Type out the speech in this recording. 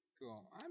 Cool